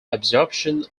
absorption